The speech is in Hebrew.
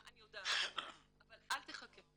אבל אל תחכה.